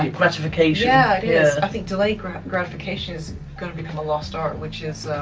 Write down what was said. yeah gratification. yeah, it is. i think delayed gratification is gonna become a lost art, which is,